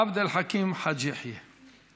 עבד אל חכים חאג' יחיא.